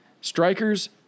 Strikers